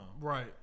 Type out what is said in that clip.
Right